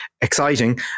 exciting